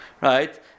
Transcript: right